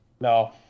No